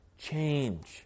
change